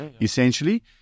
essentially